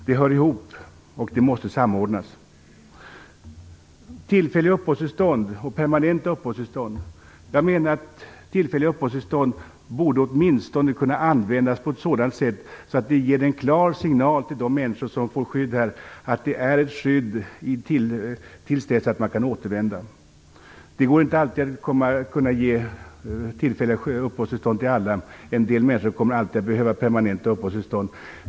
De hör ihop och måste samordnas. Vi menar att tillfälliga uppehållstillstånd åtminstone borde kunna användas på ett sådant sätt att det ger en klar signal till de människor som får skydd här att det är fråga om ett skydd till dess de kan återvända. Det går inte alltid att ge tillfälliga uppehållstillstånd till alla, för en del människor kommer alltid att behöva permanenta uppehållstillstånd.